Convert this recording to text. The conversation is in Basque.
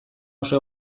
oso